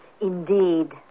indeed